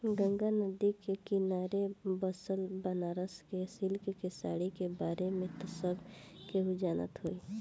गंगा नदी के किनारे बसल बनारस के सिल्क के साड़ी के बारे में त सभे केहू जानत होई